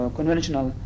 conventional